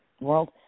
world